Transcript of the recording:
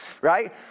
Right